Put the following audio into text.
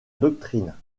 doctrine